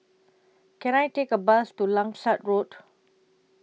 Can I Take A Bus to Langsat Road